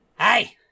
Hey